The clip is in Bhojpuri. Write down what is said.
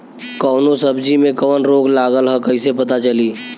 कौनो सब्ज़ी में कवन रोग लागल ह कईसे पता चली?